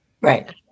right